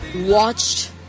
watched